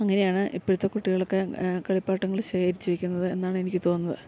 അങ്ങനെയാണ് ഇപ്പോഴത്തെ കുട്ടികളൊക്കെ കളിപ്പാട്ടങ്ങള് ശേഖരിച്ച് വെക്കുന്നത് എന്നാണ് എനിക്ക് തോന്നുന്നത്